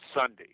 sunday